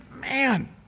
man